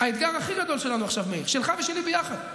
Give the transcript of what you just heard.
האתגר הכי גדול שלנו עכשיו, מאיר, שלך ושלי ביחד,